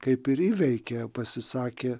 kaip ir įveikia pasisakė